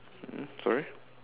um sorry